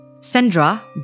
Sandra